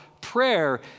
prayer